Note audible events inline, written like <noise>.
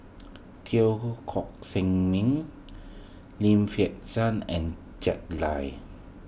Teo Koh <unintelligible> Miang Lim Fei Shen and Jack Lai